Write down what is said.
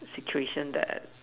situation that